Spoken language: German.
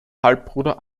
halbbruder